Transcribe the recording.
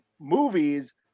movies